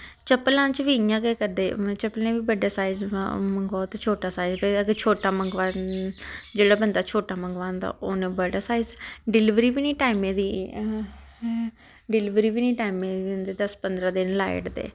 चप्पला च बी इ'यां गै करदे चप्पलें बी बड्डा साइज मंगवाओ ते छोटा साइज भेजदे अगर छोटा मंगवाओ जेह्ड़ा बंदा छोटा मंगवांदा उन्न बड़ा साइज डिलीवरी बी निं टैमें दी डिलीवरी बी निं टैमें दी दिंदे ते दस पंदरां दिन लाई ओड़दे